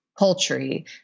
poultry